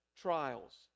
trials